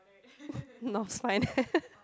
north spine